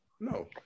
no